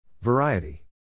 Variety